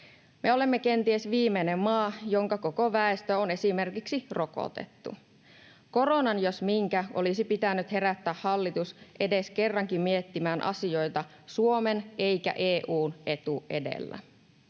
Me olemme kenties viimeinen maa, jonka koko väestö on esimerkiksi rokotettu. Koronan jos minkä olisi pitänyt herättää hallitus edes kerrankin miettimään asioita Suomen eikä EU:n etu edellä.